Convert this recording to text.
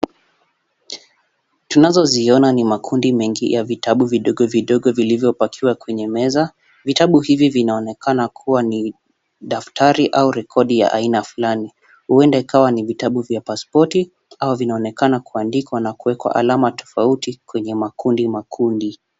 Tunazoziona ni makundi mengi ya vitabu vidogo vidogo vilivyopakiwa kwenye meza. Vitabu hivi vinaonekana kuwa ni daftari au rekodi ya aina fulani. Huenda ikawa ni vitabu vya pasipoti au vinaonekana kuandikwa na kuwekwa alama tofauti kwenye makundi makundi.